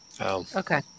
Okay